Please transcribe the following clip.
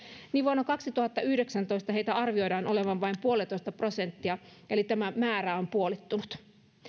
niin vuonna kaksituhattayhdeksäntoista heitä arvioidaan olevan vain yksi pilkku viisi prosenttia eli tämä määrä on puolittunut